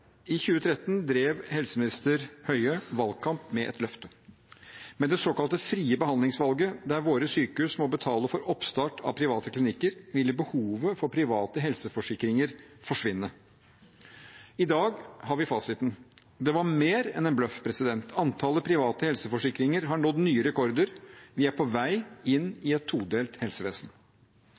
I 2013 drev helseminister Høie valgkamp med et løfte. Med det såkalte frie behandlingsvalget, der våre sykehus må betale for oppstart av private klinikker, ville behovet for private helseforsikringer forsvinne. I dag har vi fasiten. Det var mer enn en bløff. Antallet private helseforsikringer har nådd nye rekorder. Vi er på vei inn i et todelt helsevesen.